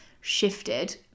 shifted